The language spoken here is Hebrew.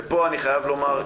פה אני חייב לומר,